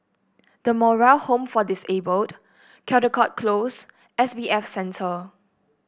The Moral Home for Disabled Caldecott Close S B F Center